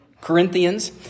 Corinthians